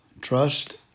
trust